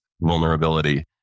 vulnerability